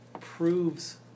proves